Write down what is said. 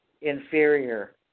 inferior